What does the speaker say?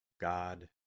God